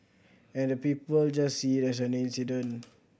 and the people just see it as an incident